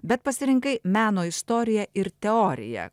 bet pasirinkai meno istoriją ir teoriją